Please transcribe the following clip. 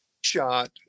shot